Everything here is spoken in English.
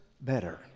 better